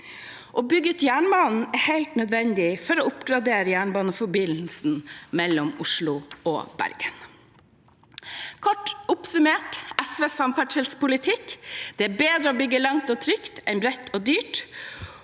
Å bygge ut jernbanen er helt nødvendig for å oppgradere jernbaneforbindelsen mellom Oslo og Bergen. Kort oppsummert om SVs samferdselspolitikk: Det er bedre å bygge langt og trygt enn bredt og dyrt.